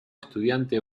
estudiante